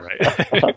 right